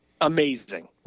Amazing